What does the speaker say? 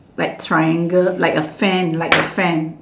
like triangle like a fan like a fan